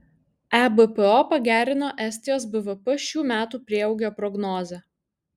ebpo pagerino estijos bvp šių metų prieaugio prognozę